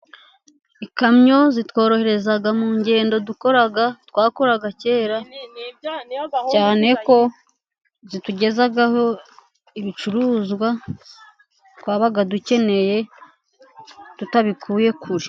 Ikamyo zitworohereza mu ngendo dukora, twakoraga kera, cyane ko zitugezaho ibicuruzwa tuba dukeneye tutabikuye kure.